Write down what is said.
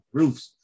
roofs